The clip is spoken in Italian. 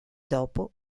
dopo